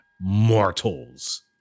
mortals